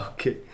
Okay